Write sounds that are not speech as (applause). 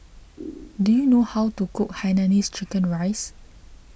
(noise) do you know how to cook Hainanese Chicken Rice